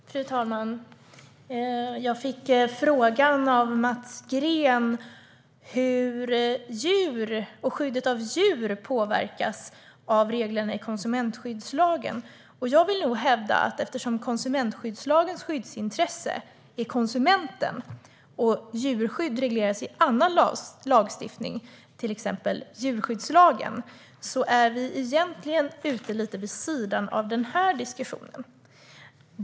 Fru talman! Jag fick frågan av Mats Green hur djur och skyddet av djur påverkas av reglerna i konsumentskyddslagen. Eftersom konsumentskyddslagens skyddsintresse är konsumenten och djurskydd regleras i annan lagstiftning, till exempel i djurskyddslagen, är vi egentligen ute lite vid sidan av det som är ämnet för den här debatten.